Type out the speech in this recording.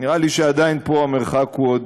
נראה לי שעדיין פה המרחק הוא,